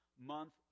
month